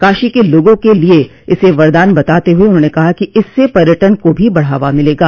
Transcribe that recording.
काशी के लोगों के लिए इसे वरदान बताते हुए उन्होंने कहा कि इससे पर्यटन को भी बढ़ावा मिलेगा